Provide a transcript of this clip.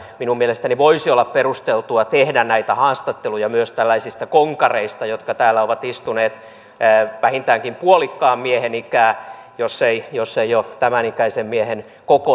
minun mielestäni voisi olla perusteltua tehdä näitä haastatteluja myös tällaisista konkareista jotka täällä ovat istuneet vähintäänkin puolikkaan miehen iän jos eivät jo tämän ikäisen miehen koko iänkin